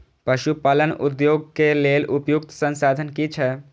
पशु पालन उद्योग के लेल उपयुक्त संसाधन की छै?